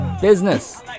business